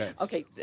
Okay